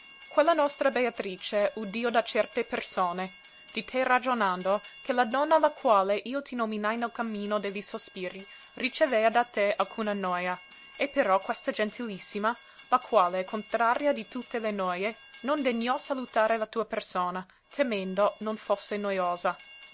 risposto quella nostra beatrice udio da certe persone di te ragionando che la donna la quale io ti nominai nel cammino de li sospiri ricevea da te alcuna noia e però questa gentilissima la quale è contraria di tutte le noie non degnò salutare la tua persona temendo non fosse noiosa